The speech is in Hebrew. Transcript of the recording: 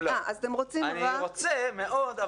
אני רוצה מאוד,